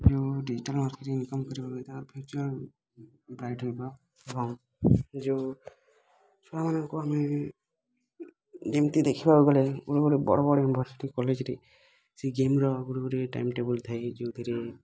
ଯେଉଁ ଡିଜିଟାଲ୍ ୱାର୍କରେ ଇନ୍କମ୍ କରିବା ତା ଫ୍ୟୁଚର୍ ବ୍ରାଇଟ୍ ରହିବ ଏବଂ ଯେଉଁ ଛୁଆମାନଙ୍କୁ ଆମେ ଏମିତି ଦେଖିବାକୁ ଗଲେ ଗୋଟେ ଗୋଟେ ବଡ଼ ବଡ଼ ୟୁନିଭର୍ସିଟି କଲେଜ୍ରେ ସେଇ ଗେମ୍ର ଗୋଟେ ଗୋଟେ ଟାଇମ୍ ଟେବୁଲ୍ ଥାଏ ଯେଉଁଥିରେ